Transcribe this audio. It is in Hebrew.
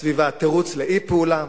סביבה תירוץ לאי-פעולה,